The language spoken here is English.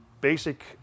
basic